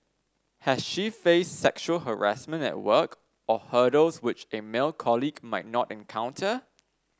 has she faced sexual harassment at work or hurdles which a male colleague might not encounter